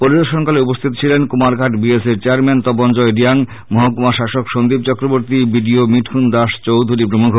পরিদর্শনকালে উপস্হিত ছিলেন Kumarghat B A C র চেয়ারম্যান তপনজয় রিয়াং মহকুমা শাসক সন্দীপ চক্রবর্তী বিডিও মিঠুন দাস চৌধুরী প্রমুখ